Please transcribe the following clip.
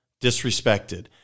disrespected